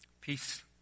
Peace